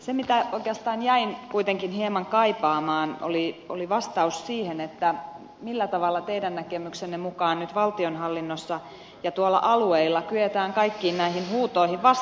se mitä oikeastaan jäin kuitenkin hieman kaipaamaan oli vastaus siihen millä tavalla teidän näkemyksenne mukaan nyt valtionhallinnossa ja alueilla kyetään kaikkiin näihin huutoihin vastaamaan